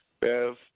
Bev